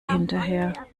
hinterher